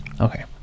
Okay